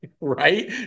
right